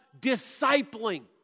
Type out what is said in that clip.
discipling